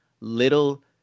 little